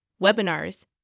webinars